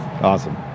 awesome